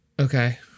Okay